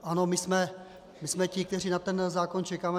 Ano, my jsme ti, kteří na ten zákon čekáme.